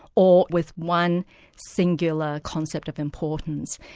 or with one singular concept of importance.